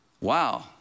Wow